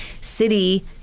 city